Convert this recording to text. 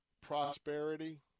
prosperity